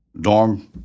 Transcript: dorm